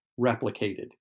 replicated